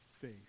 faith